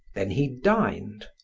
then he dined,